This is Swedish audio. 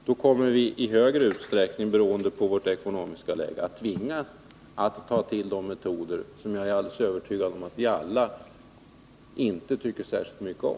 Då kommer vii större utsträckning, beroende på vårt ekonomiska läge, att tvingas ta till metoder som jag är alldeles övertygad om att vi alla inte tycker särskilt mycket om.